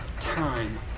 time